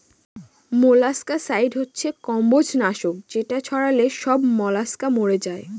molluscicide হচ্ছে কম্বজ নাশক যেটা ছড়ালে সব মলাস্কা মরে যায়